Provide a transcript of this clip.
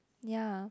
ya